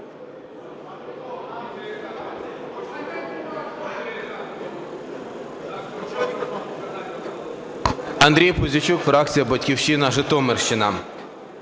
Андрій Пузійчук, фракція "Батьківщина", Житомирщина.